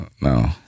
No